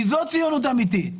כי זו ציונות אמיתית.